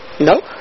No